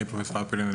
אני פרופ' הלפרן.